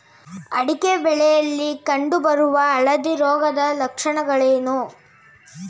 ಅಡಿಕೆ ಬೆಳೆಯಲ್ಲಿ ಕಂಡು ಬರುವ ಹಳದಿ ರೋಗದ ಲಕ್ಷಣಗಳೇನು?